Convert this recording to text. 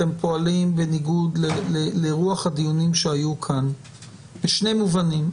אתם פועלים בניגוד לרוח הדיונים שהיו כאן וזאת בשני מובנים.